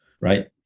right